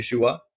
Yeshua